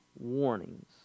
warnings